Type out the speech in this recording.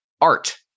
art